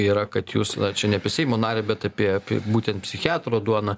yra kad jūs čia ne apie seimo narį bet apie būtent psichiatro duona